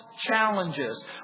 challenges